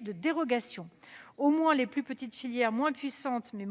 de dérogations. Ainsi les plus petites filières, moins puissantes mais